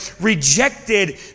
rejected